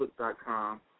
facebook.com